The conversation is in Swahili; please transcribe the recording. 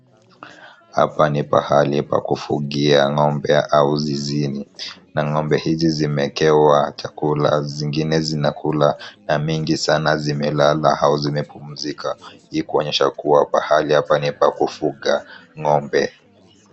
Hapa ni pahali pa kufugia ng'ombe au zizini na ng'ombe hizi zimeekewa chakula, zingine zinakula na mengi sana zimelala au zimepumzika hii kuonyesha kuwa pahali hapa ni pa kufuga ng'ombe.